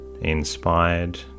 inspired